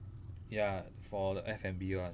ya for the F&B one